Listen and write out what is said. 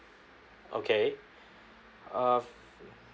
okay err